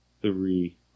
three